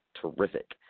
terrific